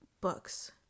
books